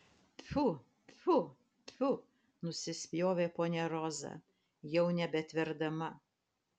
tfiu tfiu tfiu nusispjovė ponia roza jau nebetverdama